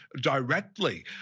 directly